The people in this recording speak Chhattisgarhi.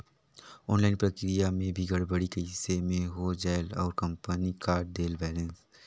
ऑनलाइन प्रक्रिया मे भी गड़बड़ी कइसे मे हो जायेल और कंपनी काट देहेल बैलेंस?